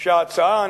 שההצעה הנשמעת,